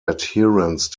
adherence